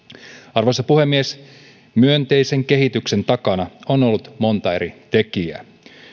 arvoisa puhemies myönteisen kehityksen takana on ollut monta eri tekijää